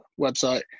website